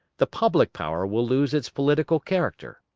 the public power will lose its political character.